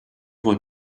want